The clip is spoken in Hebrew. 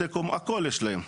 הכול יש להם,